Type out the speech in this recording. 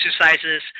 exercises